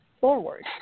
forward